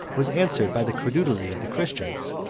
was answered by the credulity of the christians,